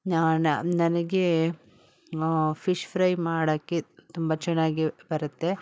ನನಗೆ fish fry ಮಾಡೋಕ್ಕೆ ತುಂಬ ಚೆನ್ನಾಗಿ ಬರುತ್ತೆ